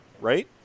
right